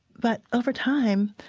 but over time,